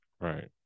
right